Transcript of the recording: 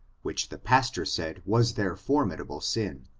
which the pastor said was their formidable sin,